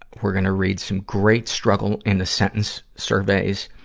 we're gonna read some great struggle in a sentence surveys.